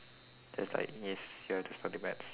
that's like yes you have to study maths